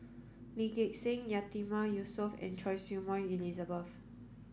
Lee Gek Seng Yatiman Yusof and Choy Su Moi Elizabeth